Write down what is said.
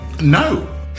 No